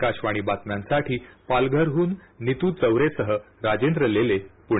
आकाशवाणी बातम्यांसाठी पालघरहून नीतू चवरे सह राजेंद्र लेले पुणे